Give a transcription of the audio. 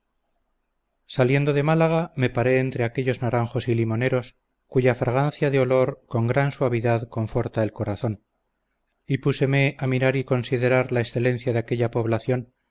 saliendo de málaga me paré entre aquellos naranjos y limoneros cuya fragancia de olor con gran suavidad conforta el corazón y púseme a mirar y considerar la excelencia de aquella población